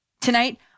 Tonight